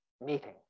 meeting